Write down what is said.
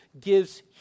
gives